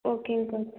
ஓகேங்க கோச்